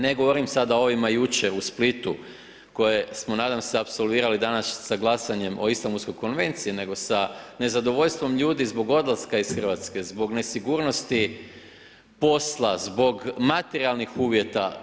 Ne govorim sada o ovima jučer u Splitu, koje smo nadam se apsolvirali, danas, sa glasanjem o Istanbulskoj konvenciji, nego sa nezadovoljstvom ljudi zbog odlaska iz Hrvatske, zbog nesigurnosti posla, zbog materijalnih uvjeta.